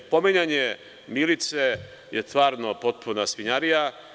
Pominjanje Milice je stvarno potpuna svinjarija.